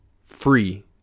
free